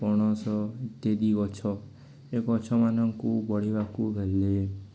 ପଣସ ଇତ୍ୟାଦି ଗଛ ଏ ଗଛମାନଙ୍କୁ ବଢ଼ିବାକୁ ହେଲେ